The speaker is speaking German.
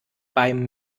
beim